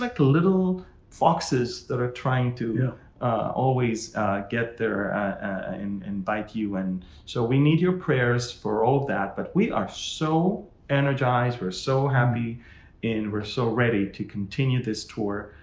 like the little foxes that are trying to always get their and invite you and so we need your prayers for all that. but we are so energized. we're so happy and we're so ready to continue this tour,